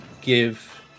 give